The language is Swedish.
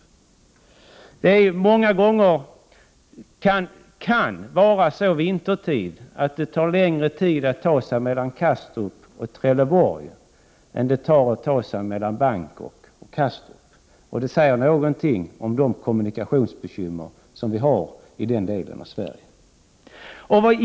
Vintertid kan det många gånger ta längre tid att ta sig mellan Kastrup och Trelleborg än att färdas mellan Bangkok och Kastrup. Det säger något om de kommunikationsbekymmer som vi har i den delen av Sverige.